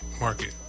market